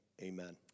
Amen